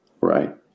Right